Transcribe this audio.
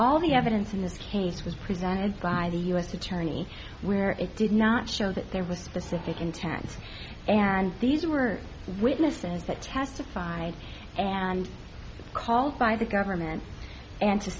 all the evidence in this case was presented by the u s attorney where it did not show that there was specific intent and these were witnesses that testified and called by the government and to